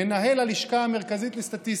מנהל הלשכה המרכזית לסטטיסטיקה,